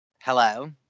Hello